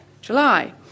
July